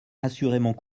assurément